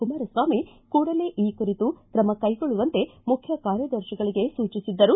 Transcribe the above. ಕುಮಾರಸ್ವಾಮಿ ಕೂಡಲೇ ಈ ಕುರಿತು ಕ್ರಮ ಕೈಗೊಳ್ಳುವಂತೆ ಮುಖ್ಯ ಕಾರ್ಯದರ್ಶಿಗಳಿಗೆ ಸೂಚಿಸಿದ್ದರು